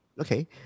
Okay